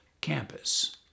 campus